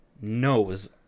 knows